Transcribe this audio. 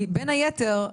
כי בין היתר,